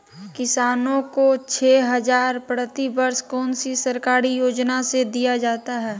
किसानों को छे हज़ार प्रति वर्ष कौन सी सरकारी योजना से दिया जाता है?